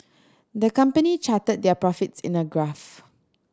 the company charted their profits in a graph